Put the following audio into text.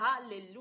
hallelujah